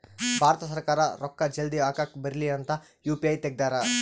ಭಾರತ ಸರ್ಕಾರ ರೂಕ್ಕ ಜಲ್ದೀ ಹಾಕಕ್ ಬರಲಿ ಅಂತ ಯು.ಪಿ.ಐ ತೆಗ್ದಾರ